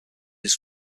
his